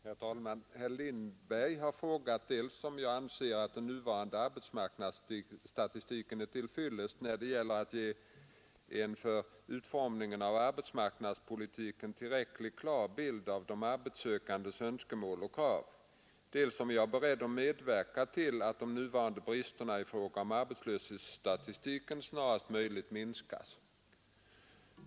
Herr talman! Herr Lindberg har frågat dels om jag anser att den nuvarande arbetsmarknadsstatistiken är till fyllest när det gäller att ge en för utformningen av arbetsmarknadspolitiken tillräckligt klar bild av de arbetssökandes önskemål och krav, dels om jag är beredd att medverka till att de nuvarande bristerna i fråga om arbetslöshetsstatistiken snarast möjligt minskas.